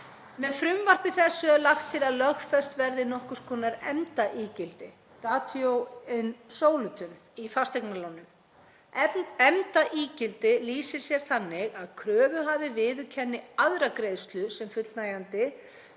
Með frumvarpi þessu er lagt til að lögfest verði nokkurs konar efndaígildi, datio in solutum, í fasteignalánum. Efndaígildi lýsir sér þannig að kröfuhafi viðurkennir aðra greiðslu sem fullnægjandi